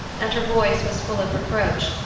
and her voice was full of reproach,